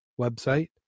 website